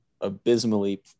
abysmally